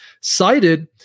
cited